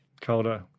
Colder